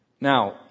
Now